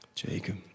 Jacob